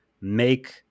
make